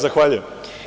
Zahvaljujem.